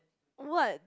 what